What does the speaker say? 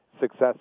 success